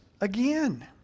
again